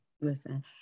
listen